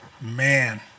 Man